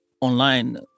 online